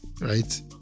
right